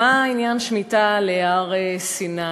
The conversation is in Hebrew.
מה עניין שמיטה להר-סיני?